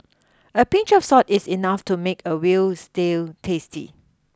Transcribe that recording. a pinch of salt is enough to make a veal stew tasty